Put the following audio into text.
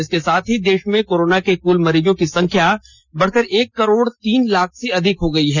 इसके साथ ही देश में कोरोना के कुल मरीजों की संख्या बढकर एक करोड़ तीन लाख से अधिक हो गई है